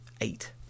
eight